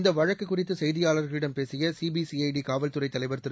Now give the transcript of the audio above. இந்த வழக்கு குறித்து செய்தியாளர்களிடம் பேசிய சிபிசிஐடி காவல்துறைத் தலைவர் திரு